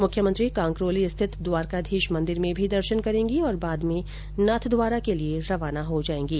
मुख्यमंत्री कांकरोली स्थित द्वारकाधीश मंदिर में भी दर्शन करेंगी और बाद में नाथद्वारा के लिए रवाना हो जाएंगी